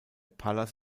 palas